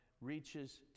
reaches